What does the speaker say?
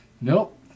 nope